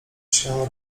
się